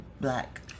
black